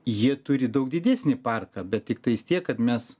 ji turi daug didesnį parką bet tiktais tiek kad mes